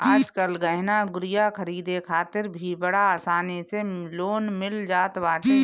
आजकल गहना गुरिया खरीदे खातिर भी बड़ा आसानी से लोन मिल जात बाटे